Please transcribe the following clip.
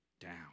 down